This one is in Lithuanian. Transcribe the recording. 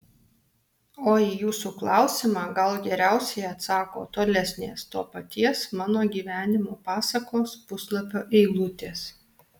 o į jūsų klausimą gal geriausiai atsako tolesnės to paties mano gyvenimo pasakos puslapio eilutės